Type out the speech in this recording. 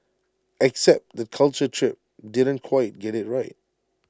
except that Culture Trip didn't quite get IT right